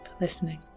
listening